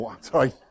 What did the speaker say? sorry